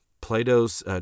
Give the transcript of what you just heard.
Plato's